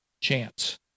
chance